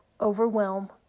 overwhelm